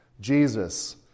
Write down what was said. Jesus